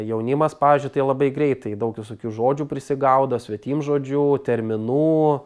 jaunimas pavyzdžiui tai labai greitai daug visokių žodžių prisigaudo svetimžodžių terminų